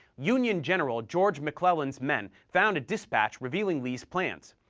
union general george mcclellan's men found a dispatch revealing lee's plans.